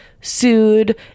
sued